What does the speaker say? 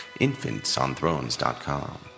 infantsonthrones.com